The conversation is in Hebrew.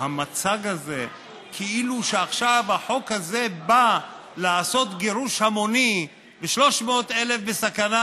המצג הזה כאילו שעכשיו החוק הזה בא לעשות גירוש המוני ו-300,000 בסכנה,